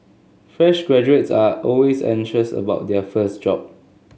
fresh graduates are always anxious about their first job